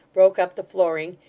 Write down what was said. broke up the flooring,